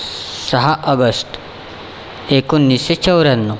सहा ऑगस्ट एकोणीसशे चौऱ्याण्णव